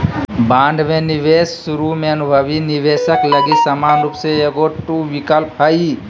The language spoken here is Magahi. बांड में निवेश शुरु में अनुभवी निवेशक लगी समान रूप से एगो टू विकल्प हइ